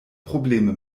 probleme